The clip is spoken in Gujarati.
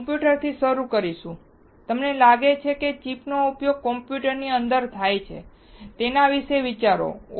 આપણે કમ્પ્યુટર્સથી શરૂ કરીશું તમને કેવી રીતે લાગે છે કે ચિપનો ઉપયોગ કમ્પ્યુટર્સની અંદર થાય છે તેના વિશે વિચારો